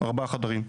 ארבעה חדרים.